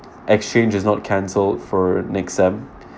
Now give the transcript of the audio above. exchange is not cancelled for next semester